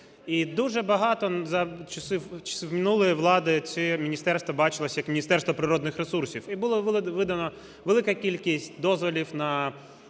і дуже багато за часів минулої влади це міністерство бачилося як міністерство природних ресурсів і було видано велика кількість дозволів на